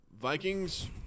Vikings